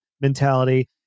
mentality